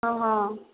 ಹಾಂ ಹಾಂ